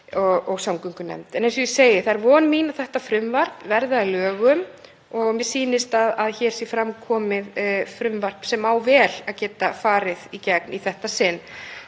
og samgöngunefnd. En eins og ég segi, það er von mín að frumvarpið verði að lögum og mér sýnist að hér sé komið fram frumvarp sem á vel að geta farið í gegn í þetta sinn.